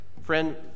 Friend